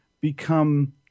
become